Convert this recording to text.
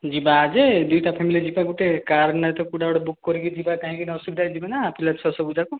ଯିବା ଯେ ଦୁଇଟା ଫ୍ୟାମିଲି ଯିବା ଗୋଟେ କାର୍ ନାଇଁତ କୋଉଟା ଗୋଟେ ବୁକ୍ କରିକି ଯିବା କାହିଁକିନା ଅସୁବିଧା ହୋଇଯିବ ନା ପିଲାଛୁଆ ସବୁଯାକ